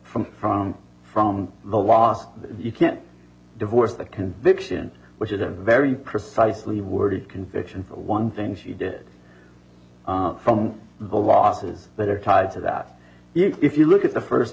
from from from the law you can't divorce the conviction which is a very precisely worded conviction for one thing she did from the losses that are tied to that if you look at the first